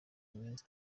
iminsi